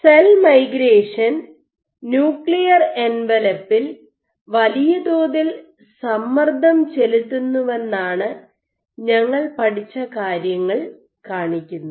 cell migration nuclear എൻവലപ്പിൽ വലിയതോതിൽ സമ്മർദ്ദം ചെലുത്തുന്നുവെന്നാണ് ഞങ്ങൾ പഠിച്ച കാര്യങ്ങൾ കാണിക്കുന്നത്